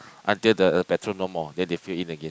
until the petrol no more then they fill in again